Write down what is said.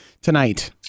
tonight